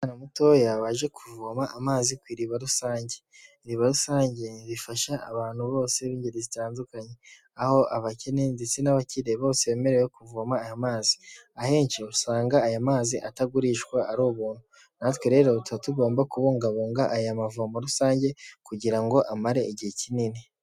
Abana batoya baje kuvoma amazi ku iriba rusange. Iriba rusange rifasha abantu bose b'ingeri zitandukanye ,aho abakene ndetse n'abakire bose bemerewe kuvoma aya mazi. Ahenshi rero usanga aya mazi atagurishwa ari ubuntu natwe rero tuba tugomba kubungabunga aya mavomo rusange kugira ngo amare igihe kinini.